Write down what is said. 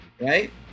right